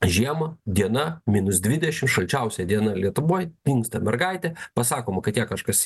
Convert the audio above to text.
žiemą diena minus dvidešimt šalčiausia diena lietuvoj dingsta mergaitė pasakoma kad ją kažkas